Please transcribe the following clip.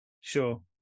Sure